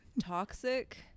Toxic